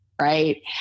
right